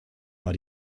war